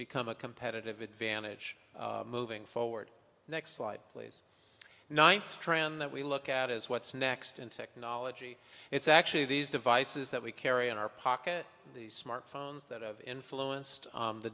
become a competitive advantage moving forward next slide please ninth trend that we look at is what's next in technology it's actually these devices that we carry in our pocket these smart phones that have influenced